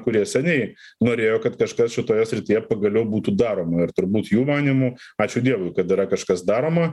kurie seniai norėjo kad kažkas šitoje srityje pagaliau būtų daroma ir turbūt jų manymu ačiū dievui kad yra kažkas daroma